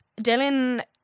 Dylan